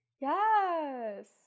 Yes